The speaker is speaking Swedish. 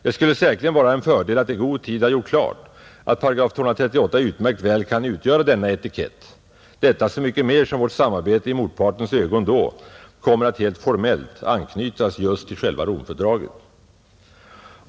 Det skulle säkert vara en fördel att i god tid ha gjort klart att § 238 utmärkt väl kan utgöra denna etikett, detta så mycket mera som vårt samarbete i motpartens ögon då kommer att helt formellt anknytas till själva Romfördraget.